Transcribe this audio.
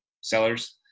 sellers